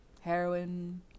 heroin